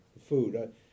food